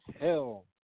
hell